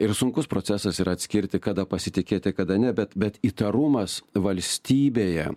ir sunkus procesas yra atskirti kada pasitikėti kada ne bet bet įtarumas valstybėje